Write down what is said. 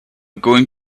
going